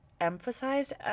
emphasized